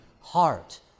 heart